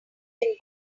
can